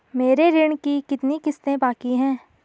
मेरे ऋण की कितनी किश्तें बाकी हैं?